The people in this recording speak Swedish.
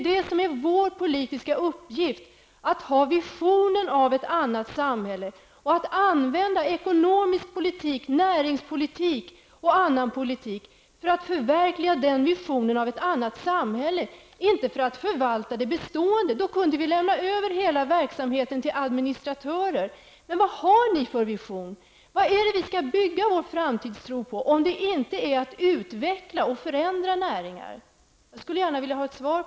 Det är vår politiska uppgift att ha visionen av ett annat samhälle och att använda ekonomisk politik, näringspolitik och annan politik till att förverkliga denna vision av ett annat samhälle, inte bara förvalta det bestående. Då kunde vi lämna över hela verksamheten till administratörer. Men vad har ni för visioner? Vad är det vi skall bygga vår framtidstro på, om det inte är att utveckla och förändra näringar? Jag skulle gärna vilja ha svar.